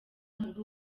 muri